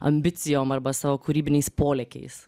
ambicijom arba savo kūrybiniais polėkiais